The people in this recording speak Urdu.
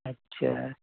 اچھا